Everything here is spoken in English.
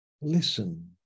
listen